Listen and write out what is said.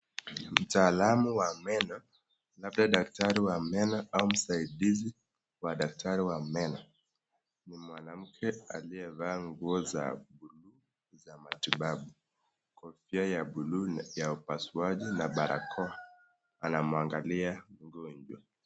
Mtaalum wa meno na pia daktari wa meno au msaidizi wa meno ni mwanamke aliyevaa nguo za buluu za matibabu. Kofia ya buluu ya upasuaji na barakoa anamwangalia mgonjwa.